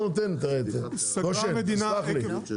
גושן תסלח לי,